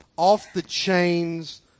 off-the-chains